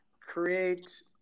create